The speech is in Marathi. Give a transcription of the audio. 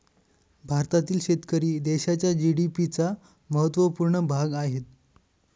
भारतातील शेतकरी देशाच्या जी.डी.पी चा महत्वपूर्ण भाग आहे